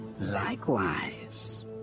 Likewise